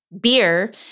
beer